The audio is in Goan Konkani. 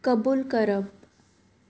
कबूल करप